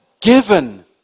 given